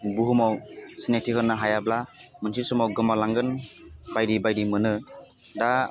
बुहुमाव सिनायथि होनो हायाब्ला मोनसे समाव गोमलांगोन बायदि बायदि मोनो दा